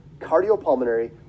cardiopulmonary